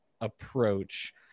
approach